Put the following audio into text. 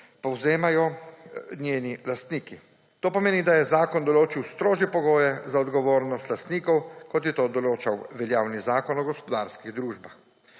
prevzemajo njeni lastniki. To pomeni, da je zakon določil strožje pogoje za odgovornost lastnikov, kot je to določal veljavni zakon o gospodarskih družbah.